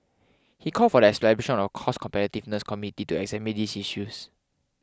he called for the establishment of a cost competitiveness committee to examine these issues